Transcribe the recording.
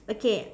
okay